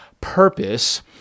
purpose